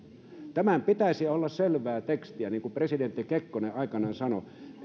tämän pitäisi olla selvää tekstiä niin kuin presidentti kekkonen aikanaan sanoi